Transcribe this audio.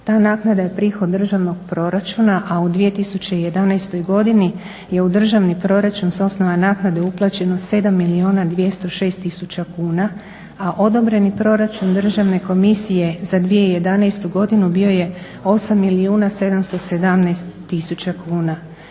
Ta naknada je prihod državnog proračuna, a u 2011. godini je u državni proračun s osnova naknade uplaćeno 7 206 000 kuna, a odobreni proračun državne komisije za 2011. godinu bio je 8 717 000 kuna.